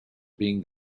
being